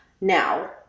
Now